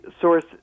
source